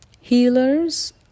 Healers